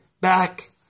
back